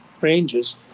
ranges